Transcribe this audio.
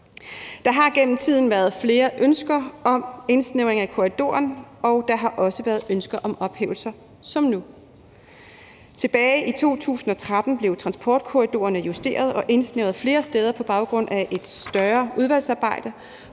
Der har gennem tiden været flere ønsker om indsnævring af korridoren, og der har også været ønske om ophævelser som nu. Tilbage i 2013 blev transportkorridorerne justeret og indsnævret flere steder på baggrund af et større udvalgsarbejde,